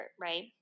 right